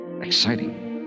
Exciting